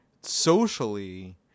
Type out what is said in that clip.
socially